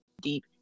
deep